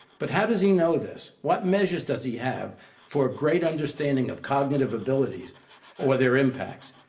but how does he know this? what measures does he have for a great understanding of cognitive abilities or their impact?